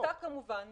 העמותה כמובן